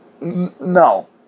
No